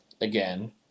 again